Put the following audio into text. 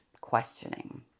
questioning